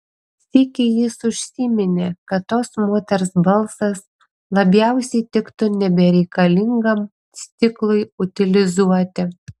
sykį jis užsiminė kad tos moters balsas labiausiai tiktų nebereikalingam stiklui utilizuoti